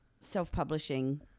self-publishing